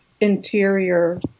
interior